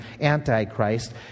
Antichrist